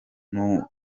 n’umwe